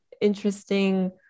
interesting